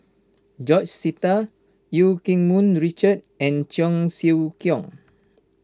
George Sita Eu Keng Mun Richard and Cheong Siew Keong